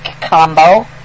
combo